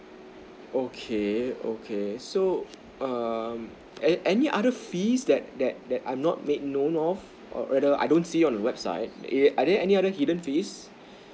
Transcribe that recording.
okay okay so um any any other fees that that that I'm not made known of or rather I don't see on website are are there any other hidden fees